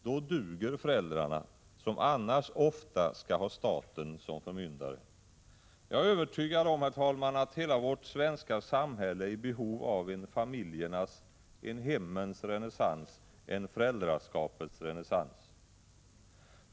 Då duger föräldrarna, som annars ofta skall ha staten som förmyndare. Jag är övertygad om, herr talman, att hela vårt svenska samhälle är i behov av en familjernas, en hemmens renässans, en föräldraskapets renässans.